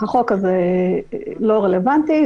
החוק הזה לא רלוונטי,